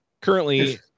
currently